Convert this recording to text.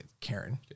Karen